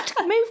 Move